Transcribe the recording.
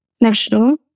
national